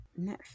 Netflix